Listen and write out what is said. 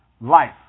Life